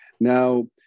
Now